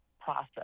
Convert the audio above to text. process